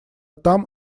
там